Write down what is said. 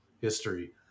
history